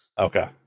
Okay